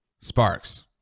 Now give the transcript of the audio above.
Sparks